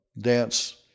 dance